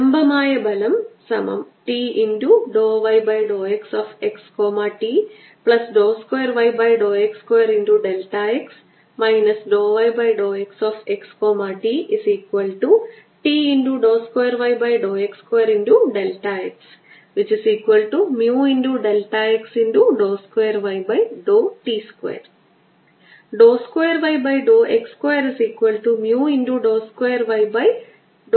ലംബമായ ബലംT∂y∂xxt2yx2x ∂y∂xxtT2yx2xμ